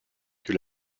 que